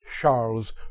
Charles